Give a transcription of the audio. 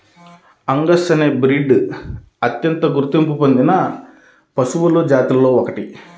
Angus అనే breed అత్యంత గుర్తింపు పొందిన పశువుల జాతులలో ఒకటి